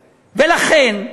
ולכן,